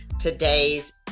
today's